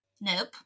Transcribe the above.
Nope